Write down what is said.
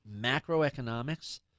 macroeconomics